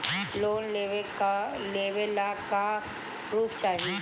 Loan लेवे ला का पुर्फ चाही?